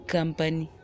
Company